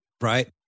Right